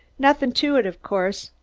nothing to it of course.